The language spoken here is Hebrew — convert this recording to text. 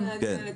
כן.